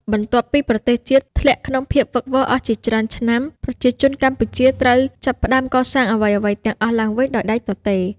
បន្ទាប់ពីប្រទេសជាតិធ្លាក់ក្នុងភាពវឹកវរអស់ជាច្រើនឆ្នាំ ប្រជាជនកម្ពុជាត្រូវចាប់ផ្តើមកសាងអ្វីៗទាំងអស់ឡើងវិញដោយដៃទទេ។